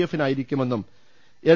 എഫിനായിരിക്കുമെന്നും L